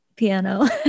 piano